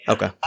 Okay